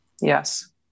Yes